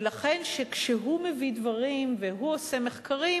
ולכן כשהוא מביא דברים והוא עושה מחקרים,